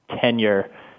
tenure